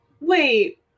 Wait